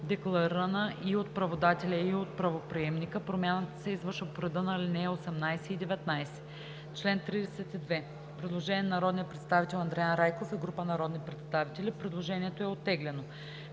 декларирана и от праводателя, и от правоприемника, промяната се извършва по реда на ал. 18 и 19.“ По чл. 32 има предложение на народния представител Андриан Райков и група народни представители. Предложението е оттеглено.